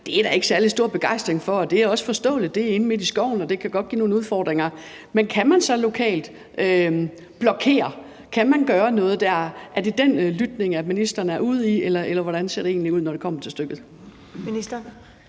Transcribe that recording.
Det er der ikke særlig stor begejstring for, og det er også forståeligt. Det er inde midt i skoven, og det kan godt give nogle udfordringer. Men kan man så lokalt blokere for det? Er det den form for lytning, ministeren er ude i, eller hvordan ser det egentlig ud, når det kommer til stykket?